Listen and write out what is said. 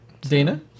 Dana